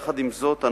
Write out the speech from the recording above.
עם זאת,